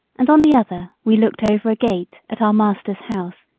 and on the other we looked over a gate at our master's house,